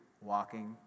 walking